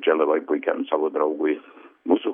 čia labai puikiam savo draugui mūsų